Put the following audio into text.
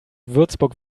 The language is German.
würzburg